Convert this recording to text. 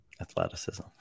Athleticism